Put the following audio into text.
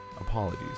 apologies